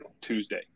Tuesday